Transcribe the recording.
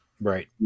Right